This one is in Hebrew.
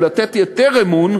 ולתת יותר אמון,